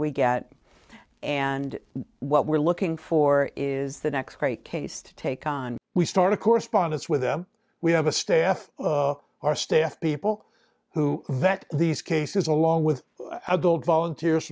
we get and what we're looking for is the next great case to take on we start a correspondence with them we have a staff our staff people who vet these cases along with adult volunteers